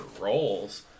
roles